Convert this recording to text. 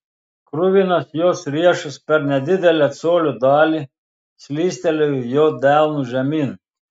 kruvinas jos riešas per nedidelę colio dalį slystelėjo jo delnu žemyn